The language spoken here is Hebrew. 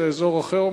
זה אומנם אזור אחר,